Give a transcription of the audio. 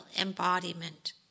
embodiment